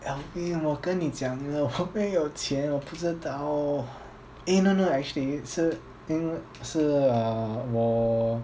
alvin 我跟你讲了我没有钱我不知道 eh no no actually 是因是 ah 我